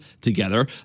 together